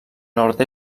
nord